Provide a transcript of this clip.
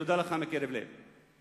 תודה לך מקרב לב.